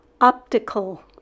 Optical